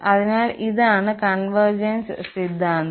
അതിനാൽ ഇതാണ് കോൺവെർഗെൻസ് സിദ്ധാന്തം